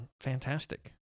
fantastic